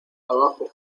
abajo